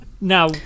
now